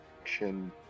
action